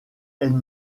elles